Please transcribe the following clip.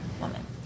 woman